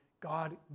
God